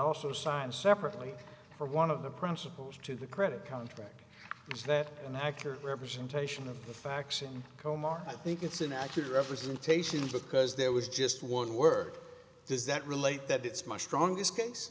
also signed separately for one of the principals to the credit contract is that an accurate representation of the facts in comar i think it's an accurate representation because there was just one word does that relate that it's my strongest